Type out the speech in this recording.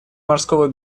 морского